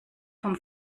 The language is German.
vom